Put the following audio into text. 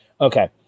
Okay